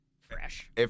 Fresh